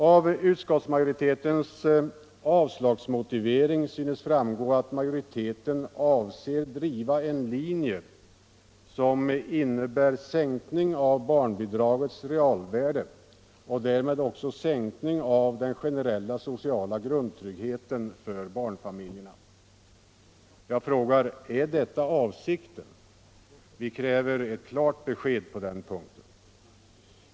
Av utskottsmajoritetens avslagsmotivering synes framgå att majoriteten avser att driva en linje som innebär sänkning av barnbidragets realvärde och därmed också sänkning av den generella sociala grundtryggheten för barnfamiljerna. Jag frågar: Är detta avsikten? Vi kräver ett klart besked på den punkten.